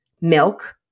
milk